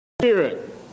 Spirit